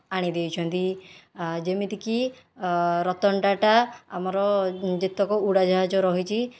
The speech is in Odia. ଆଣି ଦେଇଛନ୍ତି ଯେମିତିକି ରତନ ଟାଟା ଆମର ଯେତକ ଉଡ଼ାଜାହାଜ ରହିଛି